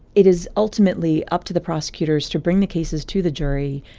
it is ultimately up to the prosecutors to bring the cases to the jury,